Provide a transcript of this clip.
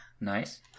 nice